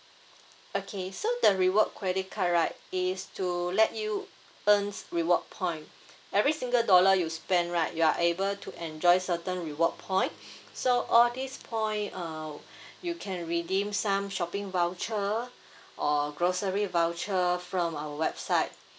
okay so the reward credit card right is to let you earns reward point every single dollar you spend right you are able to enjoy certain reward point so all this point uh you can redeem some shopping voucher or grocery voucher from our website